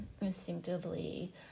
instinctively